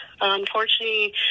unfortunately